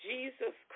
Jesus